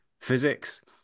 physics